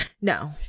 No